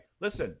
listen